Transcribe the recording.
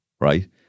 right